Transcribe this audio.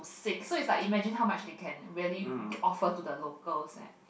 six so it's like imagine how much they can really offer to the locals eh